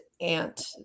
aunt